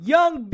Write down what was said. Young